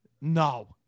No